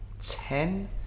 ten